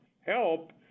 help